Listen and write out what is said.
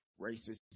racist